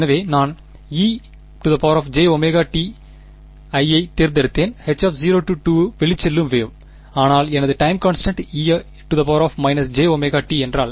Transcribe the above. எனவே நான் ejt ஐத் தேர்ந்தெடுத்தேன் H0 வெளிச்செல்லும் வேவ் ஆனால் எனது டைம் கான்ஸ்டன்ட் e jtஎன்றால்